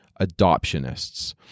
adoptionists